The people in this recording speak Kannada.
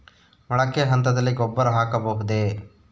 ಮೊಳಕೆ ಹಂತದಲ್ಲಿ ಗೊಬ್ಬರ ಹಾಕಬಹುದೇ?